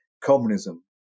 communism